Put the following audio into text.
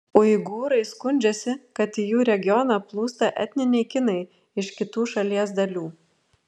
uigūrai skundžiasi kad į jų regioną plūsta etniniai kinai iš kitų šalies dalių